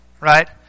right